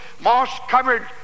moss-covered